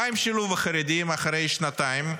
מה עם שילוב החרדים אחרי שנתיים?